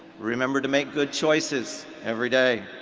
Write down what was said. remember to make good choices every day.